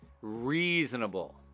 reasonable